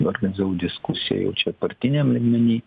dar organizavau diskusiją jau čia partiniam lygmeny